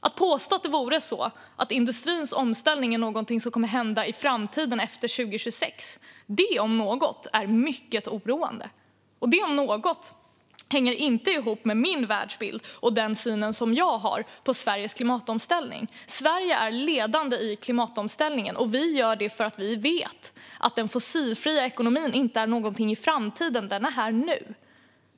Det är mycket oroande att man påstår att industrins omställning kommer att hända i framtiden, efter 2026. Det hänger inte ihop med min världsbild och den syn som jag har på Sveriges klimatomställning. Sverige är ledande i klimatomställningen. Och vi gör detta eftersom vi vet att den fossilfria ekonomin inte bara är någonting i framtiden. Den är här också nu.